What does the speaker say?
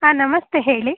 ಹಾಂ ನಮಸ್ತೆ ಹೇಳಿ